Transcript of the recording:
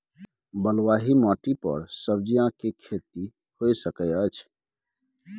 बलुआही माटी पर सब्जियां के खेती होय सकै अछि?